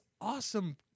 awesome